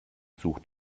sucht